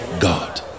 God